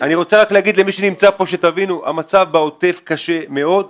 אני רוצה לומר למי שנמצא כאן שהמצב בעוטף קשה מאוד,